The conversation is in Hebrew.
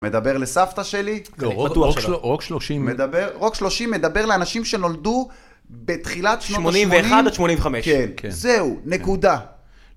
מדבר לסבתא שלי. לא, רוק שלושים. רוק שלושים מדבר לאנשים שנולדו בתחילת שמונים. 81 עד 85. כן, זהו, נקודה.